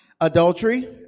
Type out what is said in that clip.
Adultery